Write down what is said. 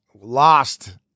lost